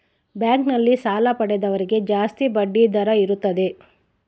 bank ನಲ್ಲಿ ಸಾಲ ಪಡೆದವರಿಗೆ ಜಾಸ್ತಿ ಬಡ್ಡಿ ದರ ಇರುತ್ತದೆ